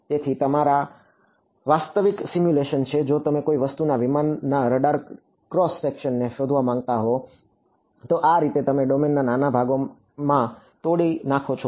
તેથી આ તમારા વાસ્તવિક સીમ્યુલેશન છે જો તમે કોઈ વસ્તુના વિમાનના રડાર ક્રોસ સેકશનને શોધવા માંગતા હો તો આ રીતે તમે ડોમેનને નાના ભાગો માં તોડી નાખો છો